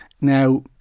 Now